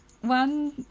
One